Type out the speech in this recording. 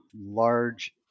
large